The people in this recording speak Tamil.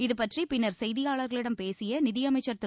இதுபற்றி பின்னர் செய்தியாளர்களிடம் பேசிய நிதியமைச்சர் திரு